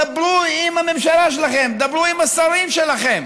דברו עם הממשלה שלכם, דברו עם השרים שלכם.